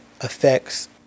affects